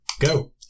go